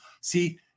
See